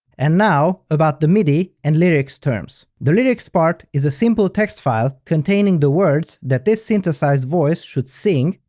and now about the midi and lyrics terms. the lyrics part is a simple text file containing the words that this synthesized voice should sing,